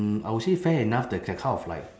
mm I will say fair enough the kind kind of like